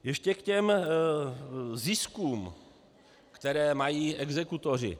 Ještě k těm ziskům, které mají exekutoři.